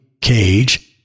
Cage